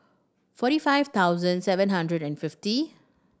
forty five thousand seven hundred and fifty